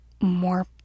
more